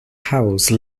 house